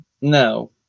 no